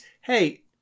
hey